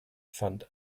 fand